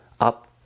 up